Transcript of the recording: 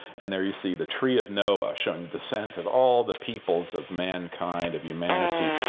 and there you see the tree of noah, showing the descent of all the peoples of mankind, of humanity,